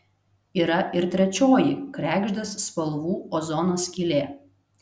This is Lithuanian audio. yra ir trečioji kregždės spalvų ozono skylė